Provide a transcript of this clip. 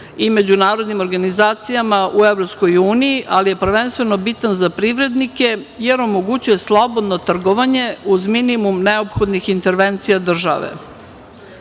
i međunarodnim organizacijama u EU, ali je prvenstveno bitan za privrednike, jer omogućuje slobodno trgovanje uz minimum neophodnih intervencija države.U